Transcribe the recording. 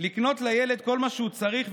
לקנות לילד כל מה שהוא צריך,